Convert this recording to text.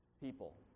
people